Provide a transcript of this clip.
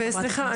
וסליחה,